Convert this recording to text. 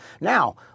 Now